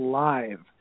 live